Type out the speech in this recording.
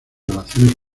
relaciones